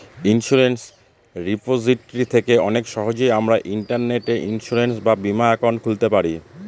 insurance repository থেকে অনেক সহজেই আমরা ইন্টারনেটে ইন্সুরেন্স বা বীমা একাউন্ট খুলতে পারি